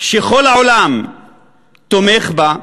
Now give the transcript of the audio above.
שכל העולם תומך בה,